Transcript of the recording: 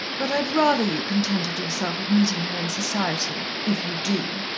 but i'd rather you contented yourself with meetin' her in society if you do.